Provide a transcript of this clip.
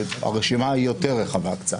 שהרשימה היא יותר רחבה קצת.